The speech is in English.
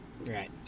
right